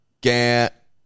Get